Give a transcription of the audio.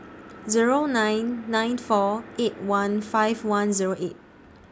Zero nine nine four eight one five one Zero eight